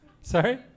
Sorry